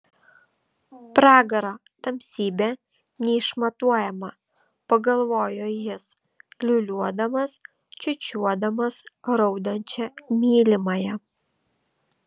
pragaro tamsybė neišmatuojama pagalvojo jis liūliuodamas čiūčiuodamas raudančią mylimąją